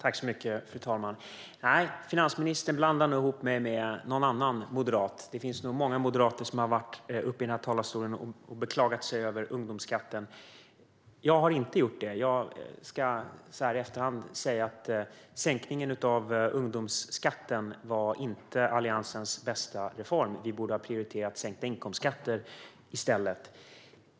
Fru talman! Nej, finansministern blandar nog ihop mig med någon annan moderat. Det finns nog många moderater som stått här i talarstolen och beklagat sig över ungdomsskatten. Jag har inte gjort det. Jag kan i efterhand säga att sänkningen av ungdomsskatten inte var Alliansens bästa reform. Vi borde ha prioriterat sänkta inkomstskatter i stället.